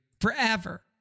forever